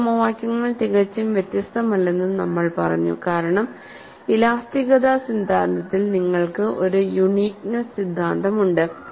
ആ സമവാക്യങ്ങൾ തികച്ചും വ്യത്യസ്തമല്ലെന്നും നമ്മൾ പറഞ്ഞു കാരണം ഇലാസ്തികത സിദ്ധാന്തത്തിൽ നിങ്ങൾക്ക് ഒരു യുണീക്നെസ്സ് സിദ്ധാന്തമുണ്ട്